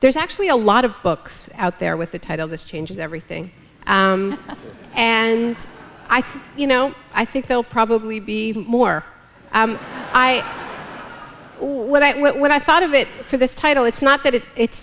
there's actually a lot of books out there with the title this changes everything and i think you know i think they'll probably be more i what i what i thought of it for this title it's not that it's it's